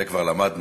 את זה כבר למדנו.